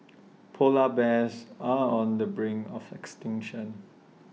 Polar Bears are on the brink of extinction